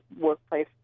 workplace